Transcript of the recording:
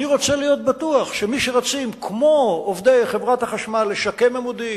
אני רוצה להיות בטוח שמי שרצים כעובדי חברת החשמל לשקם עמודים,